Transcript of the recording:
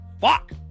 Fuck